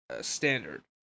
standard